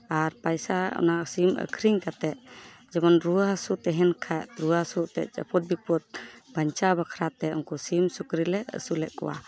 ᱟᱨ ᱯᱟᱭᱥᱟ ᱚᱱᱟ ᱥᱤᱢ ᱟᱹᱠᱷᱨᱤᱧ ᱠᱟᱛᱮᱫ ᱡᱮᱢᱚᱱ ᱨᱩᱣᱟᱹ ᱦᱟᱥᱩ ᱛᱟᱦᱮᱱ ᱠᱷᱟᱡ ᱨᱩᱣᱟᱹ ᱦᱟᱹᱥᱩ ᱮᱱᱛᱮᱫ ᱟᱯᱚᱫᱼᱵᱤᱯᱚᱫ ᱵᱟᱧᱪᱟᱣ ᱵᱟᱠᱷᱨᱟᱛᱮ ᱩᱱᱠᱩ ᱥᱤᱢ ᱥᱩᱠᱨᱤ ᱞᱮ ᱟᱹᱥᱩᱞᱮᱫ ᱠᱚᱣᱟ